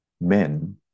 men